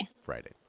friday